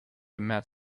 met